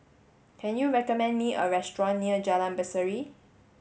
can you recommend me a restaurant near Jalan Berseri